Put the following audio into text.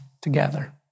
together